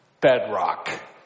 bedrock